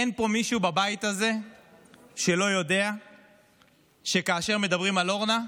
אין פה מישהו בבית הזה שלא יודע שכאשר מדברים על אורנה,